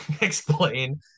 explain